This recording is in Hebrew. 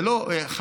זה לא חד-צדדי.